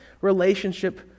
relationship